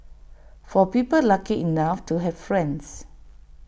for people lucky enough to have friends